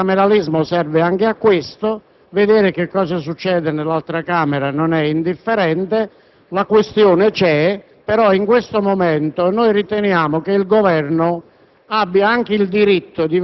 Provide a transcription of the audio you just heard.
D'altro canto, il bicameralismo serve anche a questo e vedere cosa succede nell'altra Camera non è indifferente. La questione esiste, però in questo momento riteniamo che il Governo